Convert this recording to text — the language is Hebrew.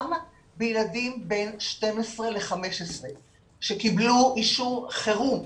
גם בילדים בין 12 ל-15 שקיבלו אישור חירום,